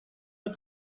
but